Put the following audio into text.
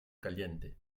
caliente